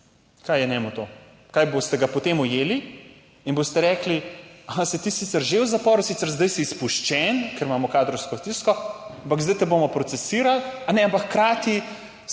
Kaj je njemu to? Kaj boste ga potem ujeli in boste rekli, aha, si ti sicer že v zaporu? Sicer zdaj si izpuščen, ker imamo kadrovsko stisko, ampak zdaj te bomo procesirali, a ne, ampak hkrati